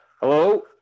Hello